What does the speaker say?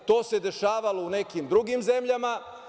To se dešavalo u nekim drugim zemljama.